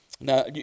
Now